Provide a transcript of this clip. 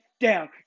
down